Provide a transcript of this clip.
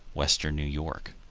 western new york.